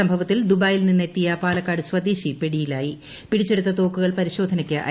സംഭവത്തിൽ ദുബായിൽ നിന്നെത്തിയ പാലക്കാട് സ്വദേശി പിടിച്ചെടുത്ത തോക്കുകൾ പരിശോധനയ്ക്ക് പിടിയിലായി